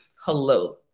hello